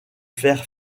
fer